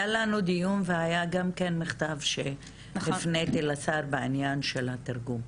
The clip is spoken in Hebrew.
היה לנו דיון והיה גם כן מכתב שהפניתי לשר בעניין של התרגום.